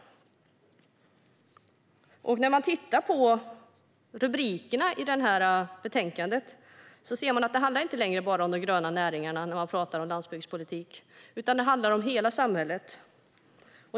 När man tittar på rubrikerna i betänkandet ser man att det inte längre handlar bara om de gröna näringarna när man pratar om landsbygdspolitik, utan det handlar om hela samhället.